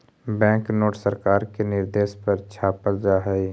bank note सरकार के निर्देश पर छापल जा हई